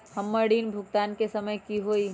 हमर ऋण भुगतान के समय कि होई?